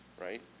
right